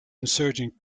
insurgent